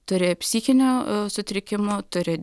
turi psichinių sutrikimų turi